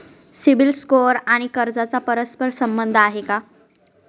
CIBIL score आणि कर्जाचा परस्पर संबंध आहे का?